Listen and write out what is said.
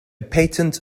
patent